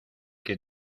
que